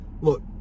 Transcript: look